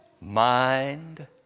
mind